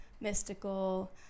mystical